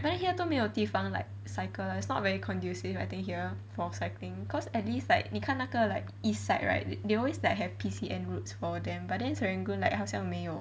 but then here 都没有地方 like cycle lah it's not very conducive I think here for cycling cause at least like 你看那个 like east side right they always like have P_C_N and routes for them but then serangoon like 好像没有